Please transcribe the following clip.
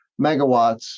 megawatts